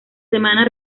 semana